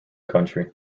country